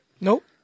Nope